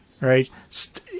right